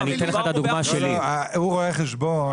הוא רואה חשבון.